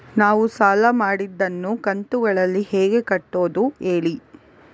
ನಾವು ಸಾಲ ಮಾಡಿದನ್ನು ಕಂತುಗಳಲ್ಲಿ ಹೇಗೆ ಕಟ್ಟುದು ಹೇಳಿ